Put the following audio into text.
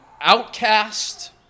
outcast